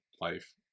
life